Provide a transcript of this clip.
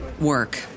work